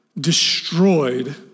destroyed